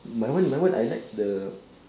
my one my one I like the